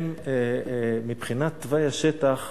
מבחינת תוואי השטח,